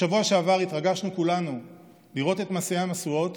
בשבוע שעבר התרגשנו כולנו לראות את משיאי המשואות